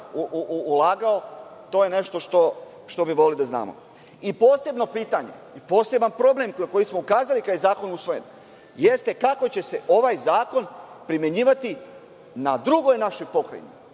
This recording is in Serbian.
ulagao. To je nešto što bi voleli da znamo. Posebno pitanje i poseban problem, na koji smo ukazali kad je zakon usvojen, jeste kako će se ovaj zakon primenjivati na drugoj našoj pokrajini,